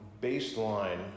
baseline